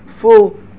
full